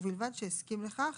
ובלבד שהסכים לכך,